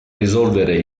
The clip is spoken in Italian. risolvere